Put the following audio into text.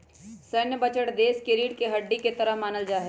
सैन्य बजट देश के रीढ़ के हड्डी के तरह मानल जा हई